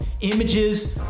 images